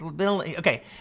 Okay